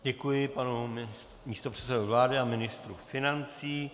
Děkuji panu místopředsedovi vlády a ministru financí.